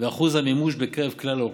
ואחוז המימוש בקרב כלל האוכלוסייה.